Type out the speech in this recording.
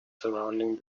surrounding